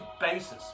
basis